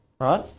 right